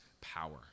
power